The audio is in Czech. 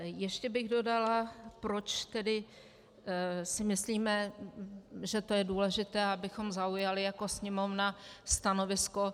Ještě bych dodala, proč si myslíme, že je důležité, abychom zaujali jako Sněmovna stanovisko.